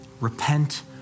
Repent